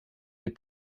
des